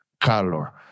color